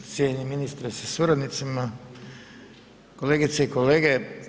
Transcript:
Cijenjeni ministre sa suradnicima, kolegice i kolege.